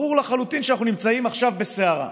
ברור לחלוטין שאנחנו נמצאים עכשיו בסערה.